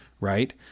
right